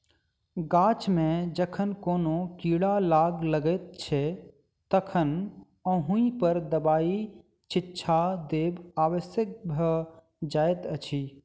गाछ मे जखन कोनो कीड़ा लाग लगैत छै तखन ओहि पर दबाइक छिच्चा देब आवश्यक भ जाइत अछि